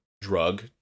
drug